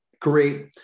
great